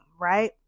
right